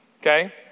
okay